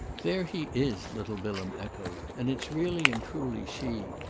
there he is! little bilham echoed. and it's really and truly she.